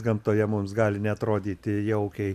gamtoje mums gali neatrodyti jaukiai